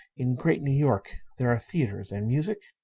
in great new york, there are theatres and music?